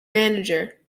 manager